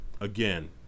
again